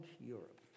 Europe